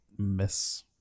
miss